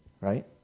right